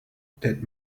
that